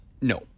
No